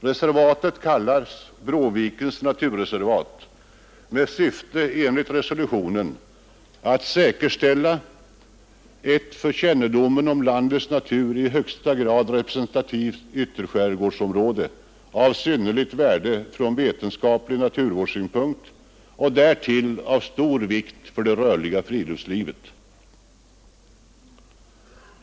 Reservatet kallas Bråvikens naturreservat med syfte enligt resolutionen att ”säkerställa ett för kännedomen om landets natur i hög grad representativt ytterskärgårdsområde av synnerligt värde från vetenskaplig naturvårdssynpunkt och därtill av stor vikt för det rörliga friluftslivet”.